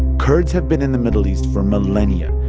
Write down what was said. kurds have been in the middle east for millennia,